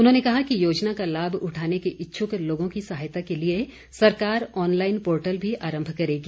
उन्होंने कहा कि योजना का लाभ उठाने के इच्छक लोगों की सहायता के लिए सरकार ऑनलाईन पोर्टल भी आरम्भ करेगी